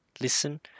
listen